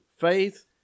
faith